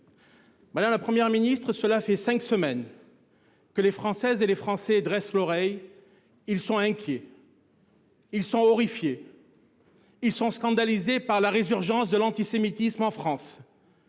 Madame la Première ministre, cela fait cinq semaines que les Françaises et les Français dressent l’oreille. Ils sont inquiets, horrifiés, scandalisés par la résurgence de l’antisémitisme en France.